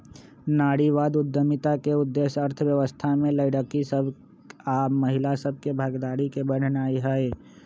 नारीवाद उद्यमिता के उद्देश्य अर्थव्यवस्था में लइरकि सभ आऽ महिला सभ के भागीदारी के बढ़ेनाइ हइ